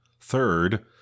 Third